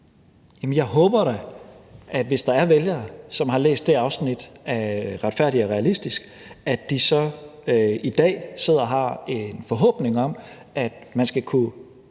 jeg håber da, at hvis der er vælgere, der har læst det afsnit af ”Retfærdig og realistisk”, at de så i dag har en forhåbning om, at man skal kunne